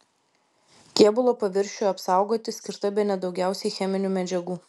kėbulo paviršiui apsaugoti skirta bene daugiausiai cheminių medžiagų